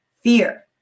fear